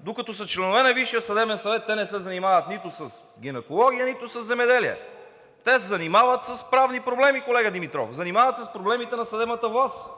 докато са членове на Висшия съдебен съвет, те не се занимават нито с гинекология, нито със земеделие. Те се занимават с правни проблеми, колега Димитров, занимават се с проблемите на съдебната власт.